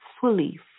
fully